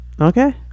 Okay